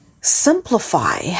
simplify